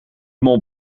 mont